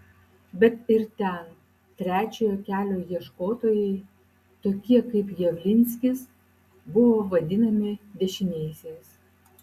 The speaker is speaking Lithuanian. bet ir ten trečiojo kelio ieškotojai tokie kaip javlinskis buvo vadinami dešiniaisiais